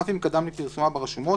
אף אם קדם לפרסומה ברשומות,